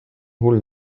hull